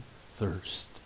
thirst